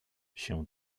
się